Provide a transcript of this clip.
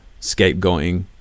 scapegoating